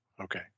okay